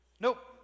Nope